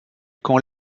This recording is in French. qu’on